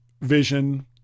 vision